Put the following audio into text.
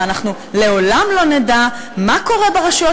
ואנחנו לעולם לא נדע מה קורה ברשויות